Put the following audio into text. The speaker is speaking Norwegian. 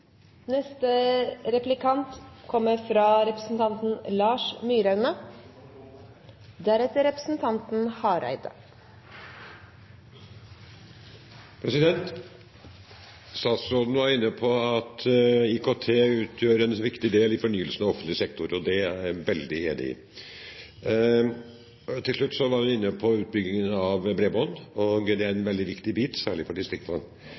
Statsråden var inne på at IKT utgjør en viktig del i fornyelsen av offentlig sektor. Det er jeg enig i. Til slutt var hun inne på utbyggingen av bredbånd. Det er en veldig viktig bit, særlig for distriktene.